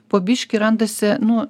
po biškį randasi nu